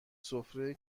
سفره